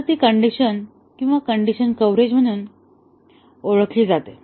तर ती कण्डिशन किंवा कण्डिशन कव्हरेज म्हणून ओळखली जाते